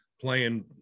playing